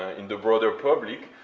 in the broader public,